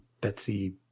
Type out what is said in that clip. Betsy